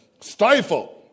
Stifle